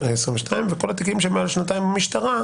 2022, ואת כל התיקים שפתוחים מעל שנתיים במשטרה,